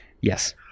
Yes